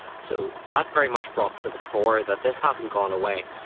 so that very much brought to the fore that this hasn't gone away.